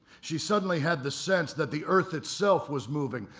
she suddenly had the sense that the earth itself was moving,